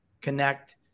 connect